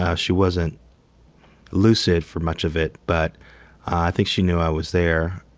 yeah she wasn't lucid for much of it but i think she knew i was there.